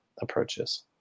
approaches